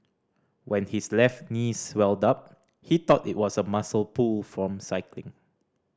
when his left knee swelled up he thought it was a muscle pull from cycling